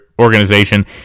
organization